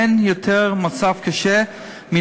אין מצב יותר קשה מנכה.